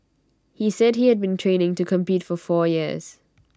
he said he had been training to compete for four years